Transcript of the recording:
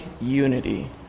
unity